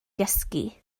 gysgu